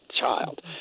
child